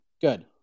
Good